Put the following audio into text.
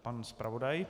Pan zpravodaj.